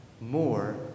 more